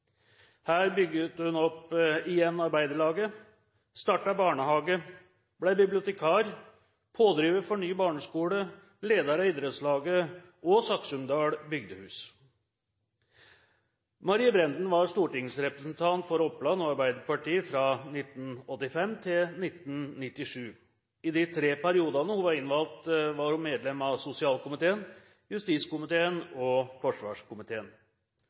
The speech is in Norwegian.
Her bygget hun opp igjen arbeiderlaget, startet barnehage, ble bibliotekar, pådriver for ny barneskole, leder av idrettslaget og Saksumdal Bygdahus. Marie Brenden var stortingsrepresentant for Oppland og Arbeiderpartiet fra 1985 til 1997. I de tre periodene hun var innvalgt, var hun medlem av sosialkomiteen, justiskomiteen og forsvarskomiteen.